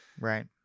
Right